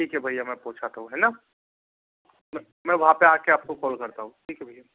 ठीक है भैया मैं पहुंचाता हूँ है ना मैं वहाँ पर आ करआपको कोल करता हूँ ठीक है भैया